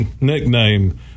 nickname